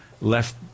left